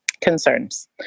concerns